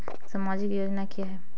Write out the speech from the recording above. सामाजिक योजना क्या है?